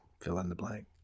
fill-in-the-blank